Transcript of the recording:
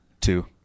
Two